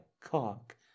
cock